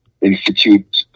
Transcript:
institute